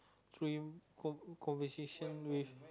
free con~ conversation with